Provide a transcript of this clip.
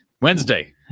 Wednesday